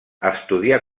estudià